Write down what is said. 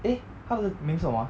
eh 他的名是什么啊